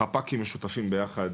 חפ"קים משותפים ביחד.